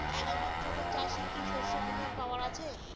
একজন ছোট চাষি কি শস্যবিমার পাওয়ার আছে?